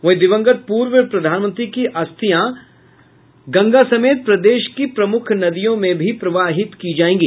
वहीं दिवंगत पूर्व प्रधानमंत्री की अस्थियां पटना में गंगा समेत प्रदेश की प्रमुख नदियों में प्रवाहित की जाएंगी